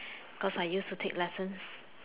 because I used to take lessons